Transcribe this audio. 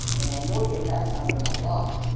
and i know they pass under my lot,